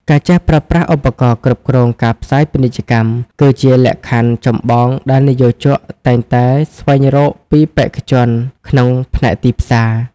ការចេះប្រើប្រាស់ឧបករណ៍គ្រប់គ្រងការផ្សាយពាណិជ្ជកម្ម គឺជាលក្ខខណ្ឌចម្បងដែលនិយោជកតែងតែស្វែងរកពីបេក្ខជនក្នុងផ្នែកទីផ្សារ។